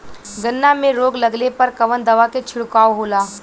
गन्ना में रोग लगले पर कवन दवा के छिड़काव होला?